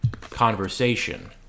conversation